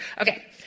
Okay